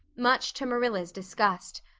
much to marilla's disgust.